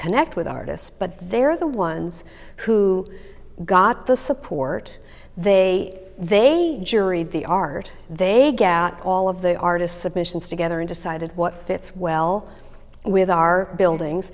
connect with artists but they're the ones who got the support they they juried the art they got all of the artists submissions together and decided what fits well with our buildings